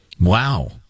Wow